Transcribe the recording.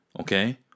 Okay